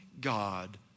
God